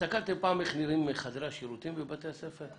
הסתכלתם פעם איך נראים חדרי השירותים בבתי הספר?